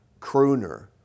crooner